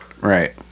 Right